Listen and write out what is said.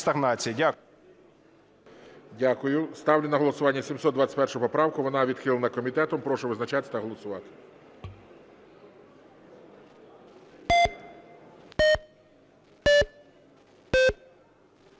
Дякую. Ставлю на голосування 721 поправку. Вона відхилена комітетом. Прошу визначатися та голосувати.